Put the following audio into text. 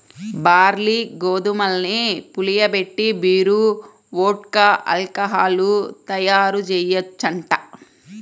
barley, గోధుమల్ని పులియబెట్టి beer, vodka, alcohol తయ్యారుజెయ్యొచ్చంట